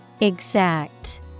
Exact